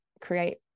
create